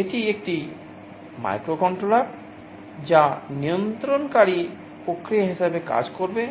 এটি একটি মাইক্রোকন্ট্রোলার যা নিয়ন্ত্রণকারী প্রক্রিয়া হিসাবে কাজ করবে